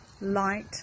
light